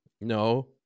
No